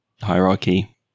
hierarchy